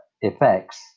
effects